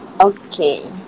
Okay